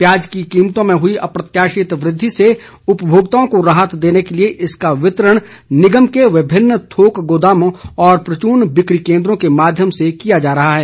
प्याज की कीमतों में हुई अप्रत्याशित वृद्धि से उपभोक्ताओं को राहत देने के लिए इसका वितरण निगम के विभिन्न थोक गोदामों व प्रचून बिक्री केन्द्रों के माध्यम से किया जा रहा है